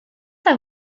hau